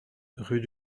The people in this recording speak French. rue